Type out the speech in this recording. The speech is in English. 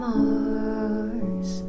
Mars